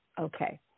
Okay